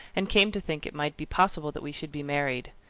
and came to think it might be possible that we should be married.